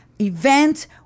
event